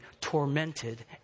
tormented